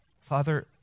Father